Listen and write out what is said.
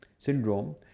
syndrome